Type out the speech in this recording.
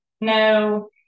No